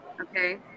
Okay